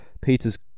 Peter's